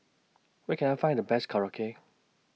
Where Can I Find The Best Korokke